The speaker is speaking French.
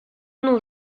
nos